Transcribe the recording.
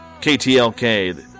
KTLK